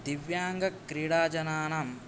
दिव्याङ्गक्रीडाजनानाम्